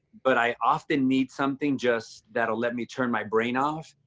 but i often need something just that'll let me turn my brain off.